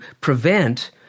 prevent